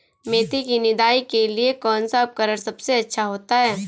मेथी की निदाई के लिए कौन सा उपकरण सबसे अच्छा होता है?